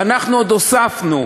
ואנחנו עוד הוספנו,